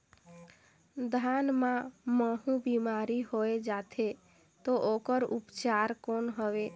धान मां महू बीमारी होय जाथे तो ओकर उपचार कौन हवे?